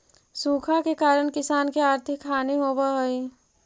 सूखा के कारण किसान के आर्थिक हानि होवऽ हइ